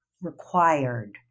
required